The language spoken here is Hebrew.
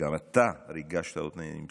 שגם אתה ריגשת אותי,